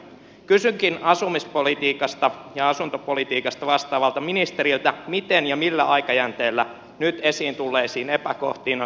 kysynkin asumispolitiikasta ja asuntopolitiikasta vastaavalta ministeriltä miten ja millä aikajänteellä nyt esiin tulleisiin epäkohtiin on tarkoitus puuttua